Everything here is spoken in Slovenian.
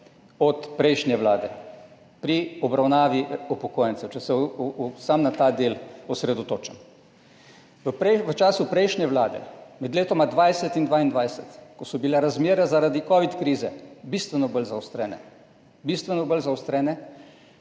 od prejšnje vlade pri obravnavi upokojencev, če se osredotočim samo na ta del? V času prejšnje vlade med letoma 2020 in 2022, ko so bile razmere zaradi covid krize bistveno bolj zaostrene,